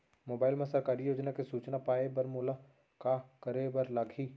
mobile मा सरकारी योजना के सूचना पाए बर मोला का करे बर लागही